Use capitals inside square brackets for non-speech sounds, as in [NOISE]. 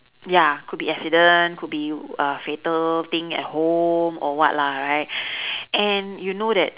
ya could be accident could be a fatal thing at home or what lah right [BREATH] and you know that